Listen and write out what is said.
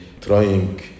trying